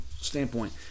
standpoint